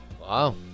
Wow